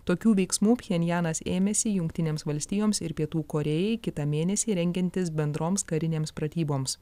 tokių veiksmų pchenjanas ėmėsi jungtinėms valstijoms ir pietų korėjai kitą mėnesį rengiantis bendroms karinėms pratyboms